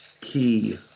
key